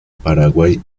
paraguay